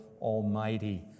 Almighty